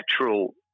natural